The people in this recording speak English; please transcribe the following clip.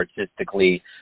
artistically